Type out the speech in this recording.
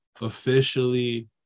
officially